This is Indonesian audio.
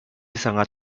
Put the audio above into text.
sangat